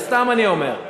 סתם אני אומר.